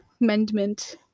amendment